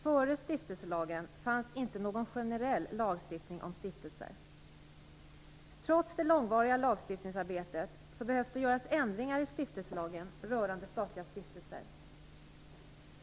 Före stiftelselagen fanns inte någon generell lagstiftning om stiftelser. Trots det långvariga lagstiftningsarbetet behöver det göras ändringar i stiftelselagen rörande statliga stiftelser.